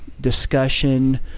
discussion